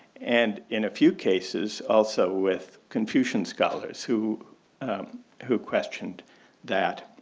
and in a few cases also with confucian scholars who who questioned that